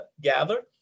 gather